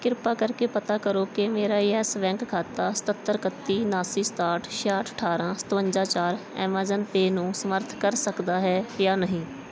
ਕਿਰਪਾ ਕਰਕੇ ਪਤਾ ਕਰੋ ਕਿ ਮੇਰਾ ਯੈੱਸ ਬੈਂਕ ਖਾਤਾ ਸਤੱਤਰ ਇਕੱਤੀ ਉਨਾਸੀ ਸਤਾਹਠ ਛੇਆਹਠ ਅਠਾਰ੍ਹਾਂ ਸਤਵੰਜਾ ਚਾਰ ਐਮਾਜ਼ਾਨ ਪੇਅ ਨੂੰ ਸਮਰੱਥ ਕਰ ਸਕਦਾ ਹੈ ਜਾਂ ਨਹੀਂ